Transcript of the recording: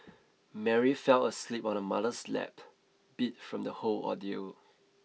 Mary fell asleep on her mother's lap beat from the whole ordeal